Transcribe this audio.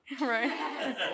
right